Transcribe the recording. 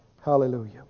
Hallelujah